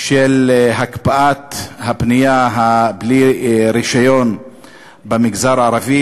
של הקפאת הבנייה-בלי-רישיון במגזר הערבי